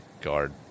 Guard